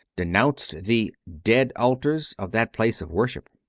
denounced the dead altars of that place of worship!